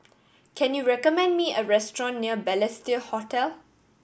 can you recommend me a restaurant near Balestier Hotel